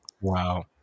Wow